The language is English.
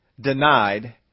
denied